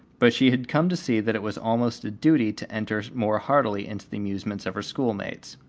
but she had come to see that it was almost a duty to enter more heartily into the amusements of her schoolmates.